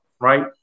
right